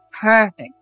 perfect